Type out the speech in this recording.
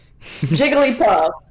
Jigglypuff